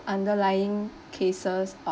underlying cases